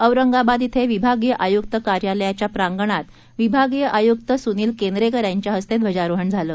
औरंगाबाद इथं विभागीय आयुक्त कार्यालयाच्या प्रांगणात विभागीय आयुक्त सुनील केंद्रेकर यांच्या हस्ते ध्वजारोहण झालं